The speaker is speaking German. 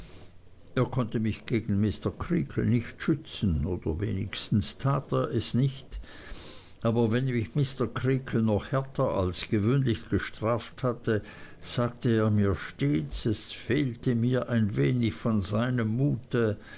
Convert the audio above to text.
er konnte mich gegen mr creakle nicht schützen oder wenigstens tat er es nicht aber wenn mich mr creakle noch härter als gewöhnlich gestraft hatte sagte er mir stets es fehlte mir ein wenig von seinem mute